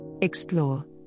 Explore